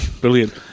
brilliant